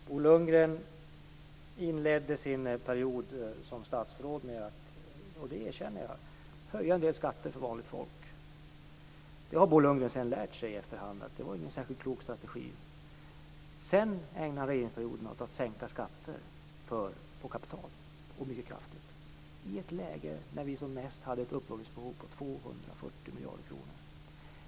Fru talman! Bo Lundgren inledde sin period som statsråd - det erkänner jag - med att höja en del skatter för vanligt folk. Sedan har Bo Lundgren efter hand lärt sig att det inte var någon särskilt klok strategi. Därefter ägnade han regeringsperioden åt att sänka skatter på kapital mycket kraftigt, i ett läge när vi som mest hade ett upplåningsbehov på 240 miljarder kronor.